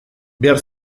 behar